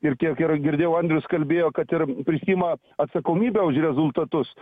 ir kiek ir girdėjau andrius kalbėjo kad ir prisiima atsakomybę už rezultatus